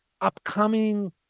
upcoming